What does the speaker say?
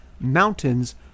mountains